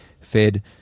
fed